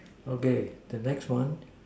okay the next one